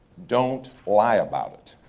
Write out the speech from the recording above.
don't lie about it.